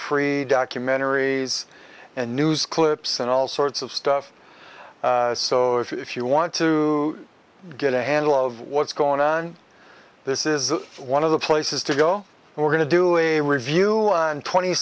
free documentaries and news clips and all sorts of stuff so if you want to get a handle of what's going on this is one of the places to go we're going to do a review on twenty